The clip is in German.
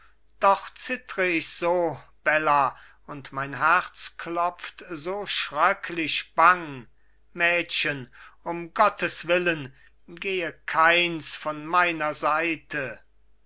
doch zittr ich so bella und mein herz klopft so schröcklich bang mädchen um gottes willen gehe keines von meiner seite